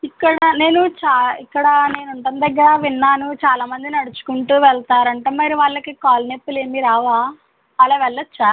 ఇక్కడ నేను చా ఇక్కడ నేను ఉంటం దగ్గర విన్నాను చాలా మంది నడుచుకుంటూ వెళ్తారంట మరి వాళ్ళకి కాళ్ళ నొప్పులు ఏమీ రావా అలా వెళ్ళొచ్చా